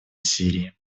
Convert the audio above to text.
сирии